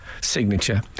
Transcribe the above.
signature